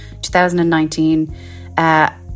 2019